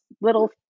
little